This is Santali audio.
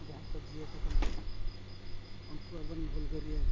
ᱡᱟᱦᱟᱸ ᱠᱚ ᱡᱤᱭᱟᱹᱫ ᱟᱠᱟᱱᱟ ᱩᱱᱠᱩ ᱟᱵᱚᱨᱮᱱ ᱦᱩᱞᱜᱟᱹᱨᱤᱭᱟᱹ